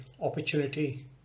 opportunity